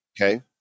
Okay